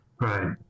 right